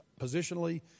positionally